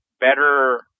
better